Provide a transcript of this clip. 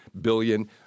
billion